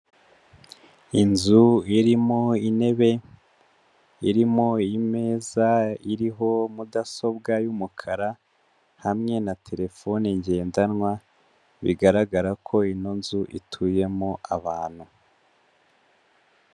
Inzu irimo intebe, irimo imeza iriho mudasobwa y'umukara, hamwe na terefone ngendanwa, bigaragara ko ino nzu ituyemo abantu.